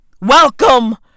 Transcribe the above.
Welcome